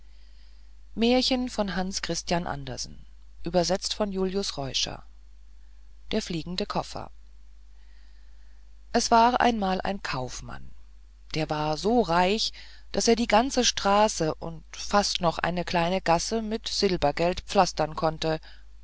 der fliegende koffer es war einmal ein kaufmann der war so reich daß er die ganze straße und fast noch eine kleine gasse mit silbergeld pflastern konnte